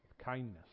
Kindness